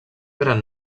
gran